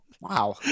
Wow